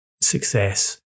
success